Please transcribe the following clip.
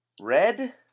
Red